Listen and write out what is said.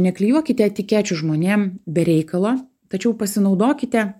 neklijuokite etikečių žmonėm be reikalo tačiau pasinaudokite